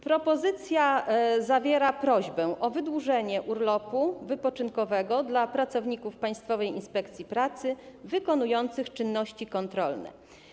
Propozycja zawiera prośbę o wydłużenie urlopu wypoczynkowego dla pracowników Państwowej Inspekcji Pracy wykonujących czynności kontrolne.